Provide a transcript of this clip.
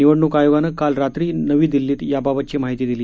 निवडणुक आयोगानं काल रात्री नवी दिल्लीत याबाबतची माहिती दिली